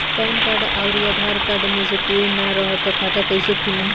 Pan card आउर Aadhaar card मे से कोई ना रहे त खाता कैसे खुली?